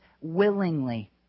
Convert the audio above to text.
willingly